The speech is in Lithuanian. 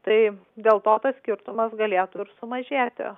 tai dėl to tas skirtumas galėtų ir sumažėti